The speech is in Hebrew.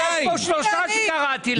היה פה שלושה שקראתי להם.